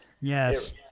Yes